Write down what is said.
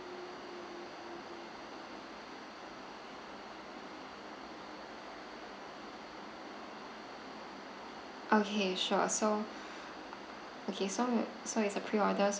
okay sure so okay so so it's a pre-order so